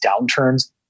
downturns